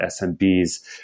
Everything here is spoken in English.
SMBs